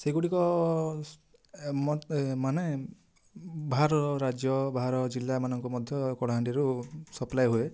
ସେଗୁଡ଼ିକ ସ୍ ମାନେ ବାହାରର ରାଜ୍ୟ ବାହାର ଜିଲ୍ଲାମାନଙ୍କୁ ମଧ୍ୟ କଳାହାଣ୍ଡିରୁ ସପ୍ଲାଏ ହୁଏ